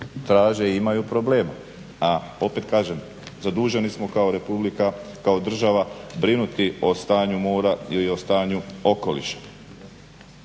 traže i imaju problema. A opet kažem zaduženi smo kao država brinuti o stanju mora i o stanju okoliša.